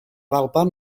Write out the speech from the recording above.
alban